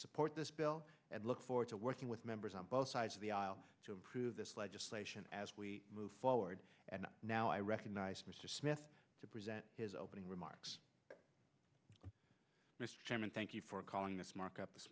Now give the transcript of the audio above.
support this bill and look forward to working with members on both sides of the aisle to approve this legislation as we move forward and now i recognize mr smith to present his opening remarks mr chairman thank you for calling this markup this